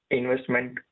investment